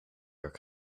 jurk